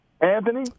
Anthony